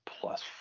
plus